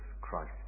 Christ